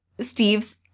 Steve's